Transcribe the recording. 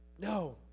No